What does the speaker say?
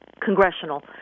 congressional